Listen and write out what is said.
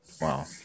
Wow